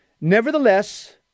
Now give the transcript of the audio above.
Nevertheless